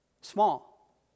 Small